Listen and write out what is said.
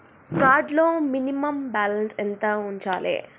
Card లో minimum balance ఎంత ఉంచాలే?